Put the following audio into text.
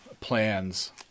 plans